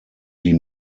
die